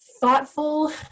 thoughtful